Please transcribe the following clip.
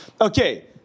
Okay